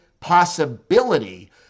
Possibility